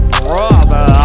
brother